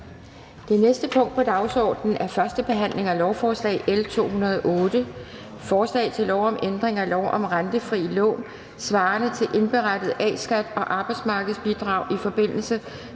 Det næste punkt på dagsordenen er: 10) 1. behandling af lovforslag nr. L 208: Forslag til lov om ændring af lov om rentefrie lån svarende til indberettet A-skat og arbejdsmarkedsbidrag i forbindelse med